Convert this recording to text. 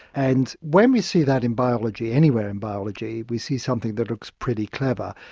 and when we see that in biology, anywhere in biology, we see something that looks pretty clever,